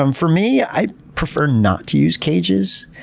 um for me, i prefer not to use cages.